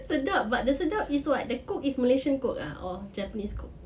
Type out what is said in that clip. sedap but the sedap is what the cook is malaysian cook ah or japanese cook